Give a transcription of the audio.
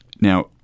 now